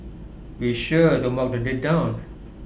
be sure to mark the date down